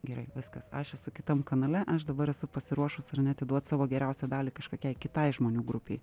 gerai viskas aš esu kitam kanale aš dabar esu pasiruošus ar ne atiduot savo geriausią dalį kažkokiai kitai žmonių grupei